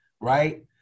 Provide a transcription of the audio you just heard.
right